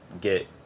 get